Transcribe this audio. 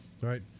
right